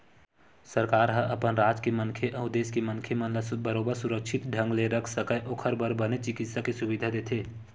सरकार ह अपन राज के मनखे अउ देस के मनखे मन ला बरोबर सुरक्छित ढंग ले रख सकय ओखर बर बने चिकित्सा के सुबिधा देथे